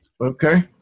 Okay